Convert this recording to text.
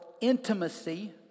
intimacy